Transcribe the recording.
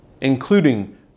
including